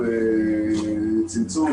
התופעה.